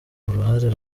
uruhare